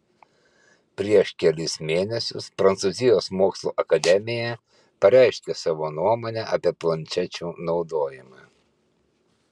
prieš kelis mėnesius prancūzijos mokslų akademija pareiškė savo nuomonę apie planšečių naudojimą